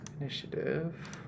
initiative